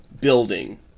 building